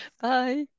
Bye